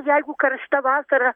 jeigu karšta vasara